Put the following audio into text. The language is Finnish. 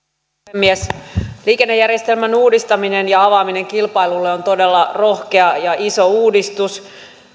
puhemies liikennejärjestelmän uudistaminen ja avaaminen kilpailulle on todella rohkea ja iso uudistus